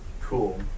Cool